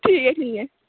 ठीक ऐ ठीक ऐ